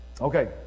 Okay